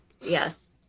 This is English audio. yes